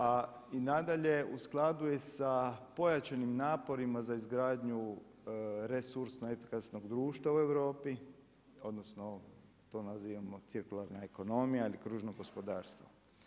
A i nadalje, u skladu je sa pojačanim naporima za izgradnju resursno efikasnog društva u Europi, odnosno to nazivamo cirkularna ekonomija ili kružno gospodarstvo.